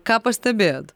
ką pastebėjot